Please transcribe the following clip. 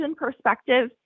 perspective